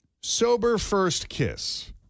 Sober-first-kiss